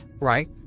right